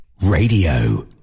Radio